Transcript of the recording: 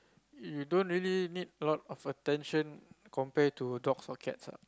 you don't really need a lot of attention compare to dogs and cats ah